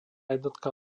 jednotka